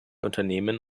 unternehmen